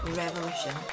revolution